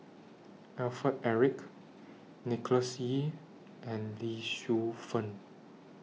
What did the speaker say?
Alfred Eric Nicholas Ee and Lee Shu Fen